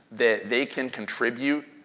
that they can contribute.